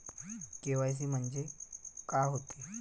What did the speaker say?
KYC म्हंनजे का होते?